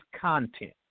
content